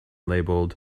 labeled